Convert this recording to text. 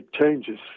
changes